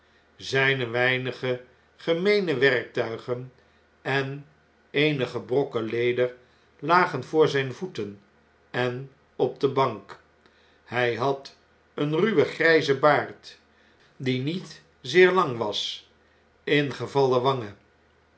znne weinige gemeene werktuigen en eenige brokken leder lagen voor zijne voeten en op de bank hjj had eene ruwen grjjzen baard die niet zeer lang was ingevallen